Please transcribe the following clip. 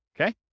Okay